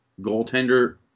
goaltender